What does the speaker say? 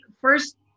first